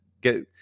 get